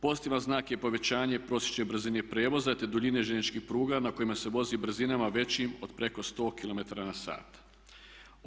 Pozitivan znak je povećanje prosječne brzine prijevoza, te duljine željezničkih pruga na kojima se vozi brzinama većim od preko 100 kilometara na sat.